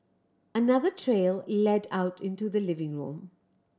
another trail led out into the living room